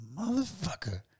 motherfucker